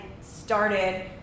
started